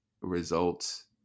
results